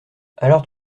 alors